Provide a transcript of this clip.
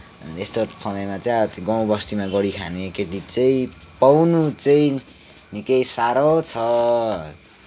यस्तो समयमा चाहिँ अब गाँउ बस्तीमा गरि खाने केटी चाहिँ पाउनु चाहिँ निकै साह्रो छ